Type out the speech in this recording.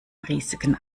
risiken